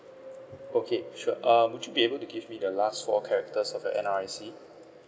okay sure um would you be able to give me the last four characters of your N_R_I_C